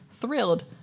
Thrilled